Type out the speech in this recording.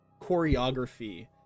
choreography